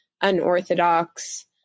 unorthodox